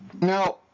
now